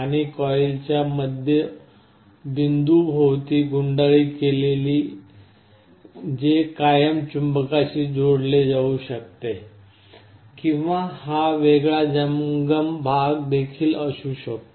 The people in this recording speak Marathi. आणि कॉइलच्या मध्य बिंदू भोवती गुंडाळी केलेली जे कायम चुंबकाशी जोडले जाऊ शकते किंवा हा वेगळा जंगम भाग देखील असू शकतो